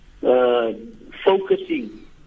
focusing